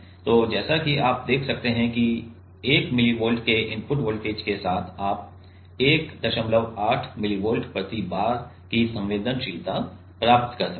तो जैसा कि आप देख सकते हैं कि 1 मिलीवोल्ट के इनपुट वोल्टेज के साथ आप 18 मिलीवोल्ट प्रति बार की संवेदनशीलता प्राप्त कर सकते हैं